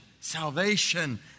Salvation